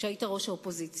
כשהיית ראש האופוזיציה.